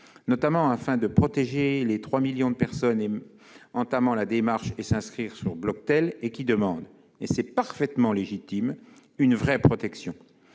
notamment de protéger les 3 millions de personnes qui ont fait la démarche de s'inscrire sur Bloctel et demandent, de façon parfaitement légitime, une vraie protection.